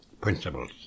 principles